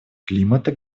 климата